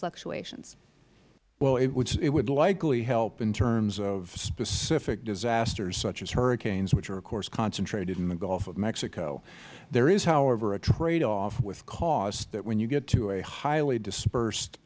fluctuations mister felmy well it would likely help in terms of specific disasters such as hurricanes which are of course concentrated in the gulf of mexico there is however a trade off with costs that when you get to a highly dispersed